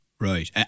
Right